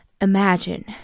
imagine